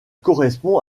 correspond